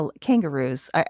kangaroos